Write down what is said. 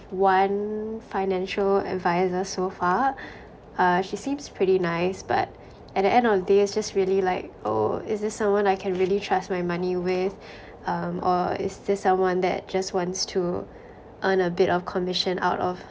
one financial advisor so far uh she seems pretty nice but at the end of the day it's just really like oh is this someone I can really trust my money with um or is this someone that just wants to earn a bit of commission out of